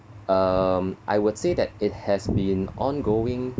um I would say that it has been ongoing